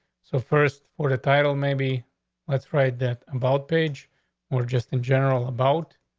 so first for the title, maybe let's write that about page or just in general about